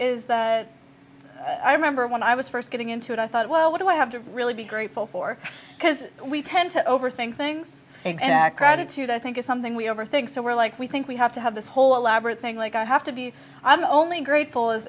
is that i remember when i was first getting into it i thought well what do i have to really be grateful for because we tend to overthink things exact crowded today i think it's something we overthink so we're like we think we have to have this whole elaborate thing like i have to be i'm only grateful